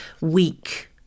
weak